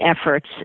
efforts